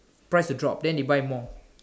price to drop then they buy more